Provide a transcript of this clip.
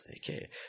Okay